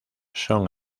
son